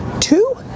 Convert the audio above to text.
Two